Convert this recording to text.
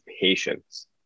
patience